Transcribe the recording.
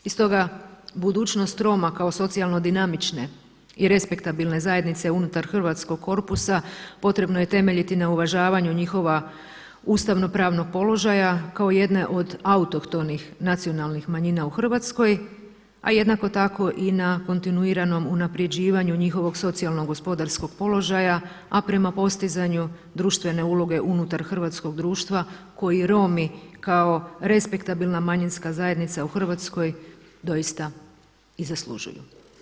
I stoga budućnost Roma kao socijalno dinamične i respektabilne zajednice unutar hrvatskog korpusa potrebno je temeljiti na uvažavanju njihova ustavno-pravnog položaja kao jedne od autohtonih nacionalnih manjina u Hrvatskoj, a jednako tako i na kontinuiranom unapređivanju njihovog socijalnog gospodarskog položaja, a prema postizanju društvene uloge unutar hrvatskog društva koji Romi kao respektabilna manjinska zajednica u Hrvatskoj doista i zaslužuje.